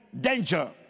danger